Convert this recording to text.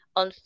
on